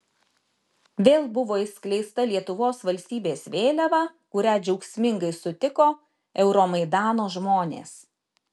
vėl buvo išskleista lietuvos valstybės vėliava kurią džiaugsmingai sutiko euromaidano žmonės